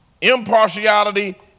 impartiality